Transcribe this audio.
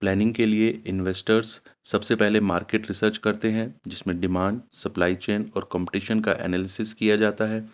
planning کے لیے investors سب سے پہلے مارکیٹ ریسرچ کرتے ہیں جس میں ڈیمانڈ سپلائی چین اور کمپٹیشن کا اینالیسس کیا جاتا ہے